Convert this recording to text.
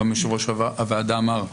גם יושב-ראש הוועדה אמר,